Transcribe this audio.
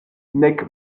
nek